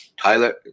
Tyler